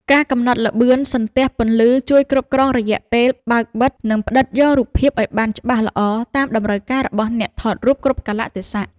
ការកំណត់ល្បឿនសន្ទះពន្លឺជួយគ្រប់គ្រងរយៈពេលបើកបិទ និង ផ្ដិតយករូបភាពឱ្យបានច្បាស់ល្អតាមតម្រូវការរបស់អ្នកថតរូបគ្រប់កាលៈទេសៈ។